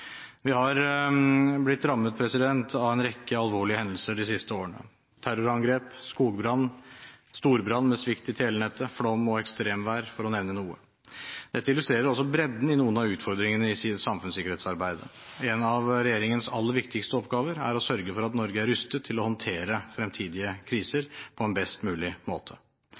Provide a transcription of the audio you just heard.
Vi har blitt rammet av en rekke alvorlige hendelser de siste årene – terrorangrep, skogbrann, storbrann, med svikt i telenettet, flom og ekstremvær, for å nevne noe. Dette illustrerer også bredden i noen av utfordringene i samfunnssikkerhetsarbeidet. En av regjeringens aller viktigste oppgaver er å sørge for at Norge er rustet til å håndtere fremtidige kriser på en best mulig måte.